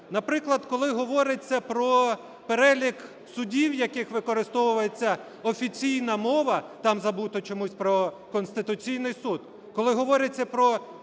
Наприклад, коли говориться про перелік судів, в яких використовується офіційна мова, там забуто чомусь про Конституційний Суд, коли говориться про